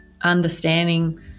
understanding